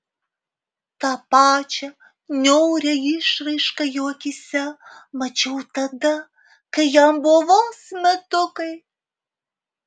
tą pačią niaurią išraišką jo akyse mačiau tada kai jam buvo vos metukai